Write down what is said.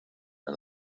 and